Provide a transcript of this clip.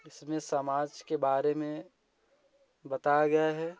इसमें समाज के बारे में बताया गया है